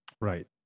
Right